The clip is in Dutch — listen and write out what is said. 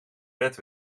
wet